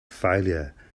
failure